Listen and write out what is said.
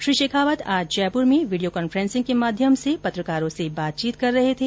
श्री शेखावत आज जयप्र में video conferencing के माध्यम से पत्रकारों से बातचीत कर रहे थे